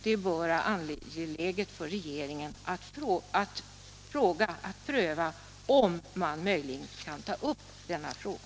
Det bör vara angeläget för regeringen att pröva om man möjligen kan ta upp denna fråga.